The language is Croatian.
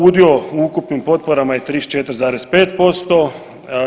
Udio u ukupnim potporama je 34,5%